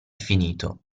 finito